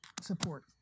support